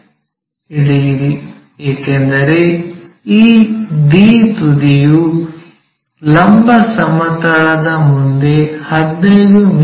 ಎಳೆಯಿರಿ ಏಕೆಂದರೆ ಈ D ತುದಿಯು ಲಂಬ ಸಮತಲದ ಮುಂದೆ 15 ಮಿ